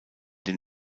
den